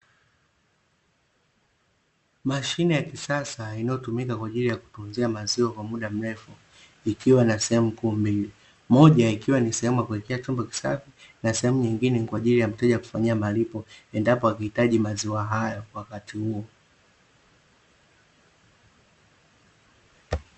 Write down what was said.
Mashine ya kisasa inayotumika kwa ajili ya kutunzia maziwa kwa muda mrefu ikiwa na sehemu kuu mbili, moja ikiwa ni sehemu ya kuwekea chombo kisafi na sehemu nyingine ni kwa ajili ya mteja kufanyia malipo endapo akihitaji maziwa hayo kwa wakati huo.